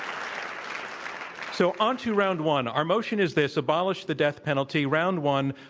um so um to round one, our motion is this, abolish the death penalty. round one,